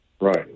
Right